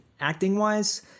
acting-wise